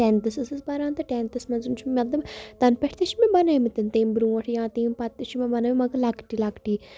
ٹٮ۪نتھَس ٲسٕس پَران تہٕ ٹٮ۪نتھَس منٛز چھُ مطلب تَنہٕ پٮ۪ٹھ تہِ چھِ مےٚ بَنٲومٕتۍ تمہِ برونٛٹھ یا تمہِ پَتہٕ تہِ چھِ مےٚ بَنٲومٕتۍ مگر لَکٹی لَکٹی